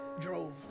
drove